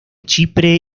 chipre